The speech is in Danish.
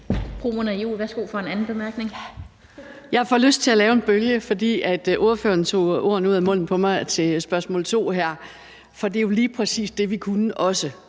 Jeg får lyst til at lave en bølge, for ordføreren tog ordene ud af munden på mig her til spørgsmål to. For det er jo lige præcis det, vi også